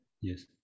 Yes